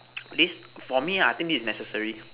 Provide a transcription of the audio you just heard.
this for me ah I think this is necessary